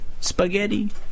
spaghetti